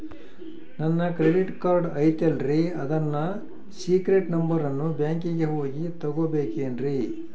ನನ್ನ credit card ಐತಲ್ರೇ ಅದರ ಸೇಕ್ರೇಟ್ ನಂಬರನ್ನು ಬ್ಯಾಂಕಿಗೆ ಹೋಗಿ ತಗೋಬೇಕಿನ್ರಿ?